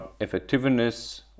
effectiveness